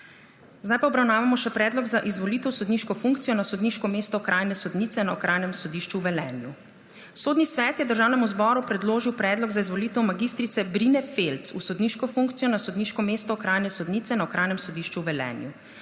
na obravnavo Predloga za izvolitev v sodniško funkcijo na sodniško mesto okrajne sodnice na Okrajnem sodišču v Sežani. Sodni svet je Državnemu zboru predložil predlog za izvolitev Mojce Švara Buda v sodniško funkcijo na sodniško mesto okrajne sodnice na Okrajnem sodišču v Sežani.